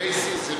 racism,